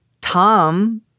Tom